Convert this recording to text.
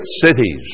cities